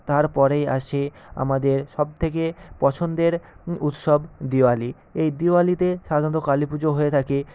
তারপরেই আসে আমাদের সবথেকে পছন্দের উৎসব দিওয়ালি এই দিওয়ালিতে সাধারণত কালী পুজো হয়ে থাকে